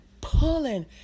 pulling